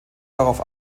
darauf